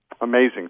Amazing